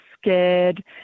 scared